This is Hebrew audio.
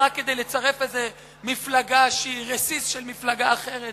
רק כדי לצרף איזו מפלגה שהיא רסיס של מפלגה אחרת